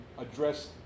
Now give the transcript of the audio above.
address